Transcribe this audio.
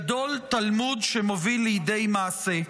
גדול תלמוד שמוביל לידי מעשה.